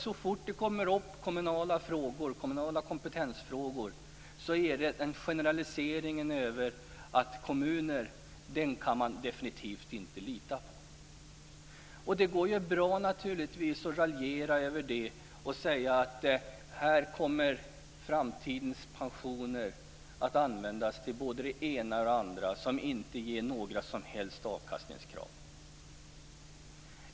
Så snart det kommer upp kommunala kompetensfrågor görs generaliseringar om att vi definitivt inte kan lita på kommuner. Man kan naturligtvis raljera och säga att framtidens pensioner kommer att användas till både det ena och det andra utan några som helst avkastningskrav.